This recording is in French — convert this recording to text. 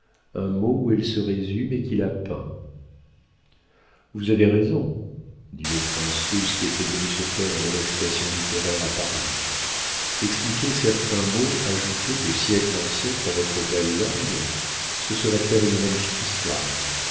un mot où elle se résume et qui la peint vous avez raison dit le prince russe qui était venu se faire une réputation littéraire à paris expliquer certains mots ajoutés de siècle en siècle à votre belle langue ce serait faire une magnifique histoire